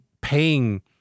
paying